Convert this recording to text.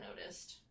noticed